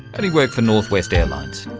and he worked for northwest airlines.